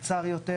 קצר יותר,